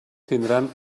tindran